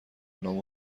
نام